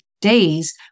days